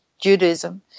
judaism